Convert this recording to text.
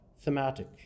thematic